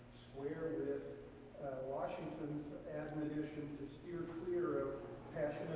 square with washington's ammunition the steer clear of